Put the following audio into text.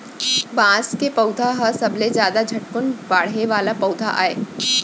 बांस के पउधा ह सबले जादा झटकुन बाड़हे वाला पउधा आय